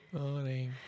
Morning